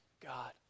God